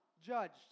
judged